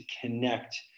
connect